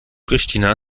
pristina